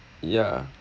ya